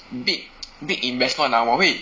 big big investment ah 我会